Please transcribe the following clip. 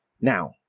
Now